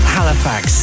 Halifax